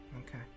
Okay